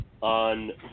on